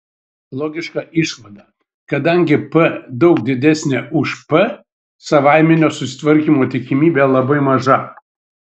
logiška išvada kadangi p daug didesnė už p savaiminio susitvarkymo tikimybė labai maža